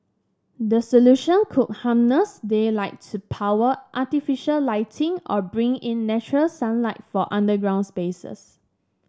the solution could harness daylight to power artificial lighting or bring in natural sunlight for underground spaces